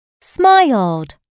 Smiled